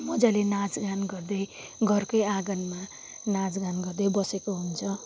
मजाले नाचगान गर्दै घरकै आँगनमा नाचगान गर्दै बसेको हुन्छ